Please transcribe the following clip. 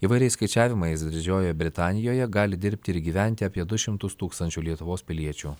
įvairiais skaičiavimais didžiojoje britanijoje gali dirbti ir gyventi apie du šimtus tūkstančių lietuvos piliečių